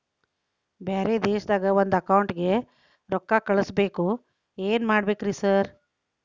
ಬ್ಯಾರೆ ದೇಶದಾಗ ಒಂದ್ ಅಕೌಂಟ್ ಗೆ ರೊಕ್ಕಾ ಕಳ್ಸ್ ಬೇಕು ಏನ್ ಮಾಡ್ಬೇಕ್ರಿ ಸರ್?